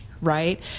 right